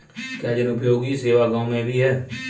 क्या जनोपयोगी सेवा गाँव में भी है?